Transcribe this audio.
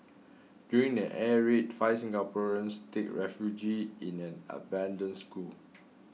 during an air raid five Singaporeans take refuge in an abandoned school